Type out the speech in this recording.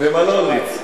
במלון "ריץ".